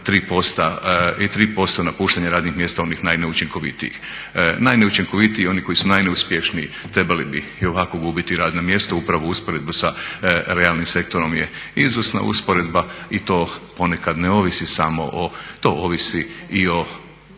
3% napuštanja radnih mjesta, onih najneučinkovitijih. Najneučinkovitiji oni koji su najneuspješniji trebali bi i ovako gubiti radna mjesta. Upravo u usporedbi sa realnim sektorom je izvrsna usporedba i to ponekad ne ovisi samo, to ovisi i o